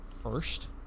first